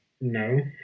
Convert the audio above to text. No